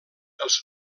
els